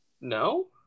No